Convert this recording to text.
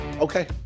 okay